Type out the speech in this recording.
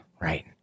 Right